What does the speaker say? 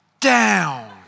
down